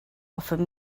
offered